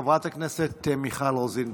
חברת הכנסת מיכל רוזין,